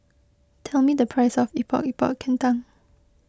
tell me the price of Epok Epok Kentang